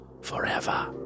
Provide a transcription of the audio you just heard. forever